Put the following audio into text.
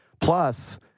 Plus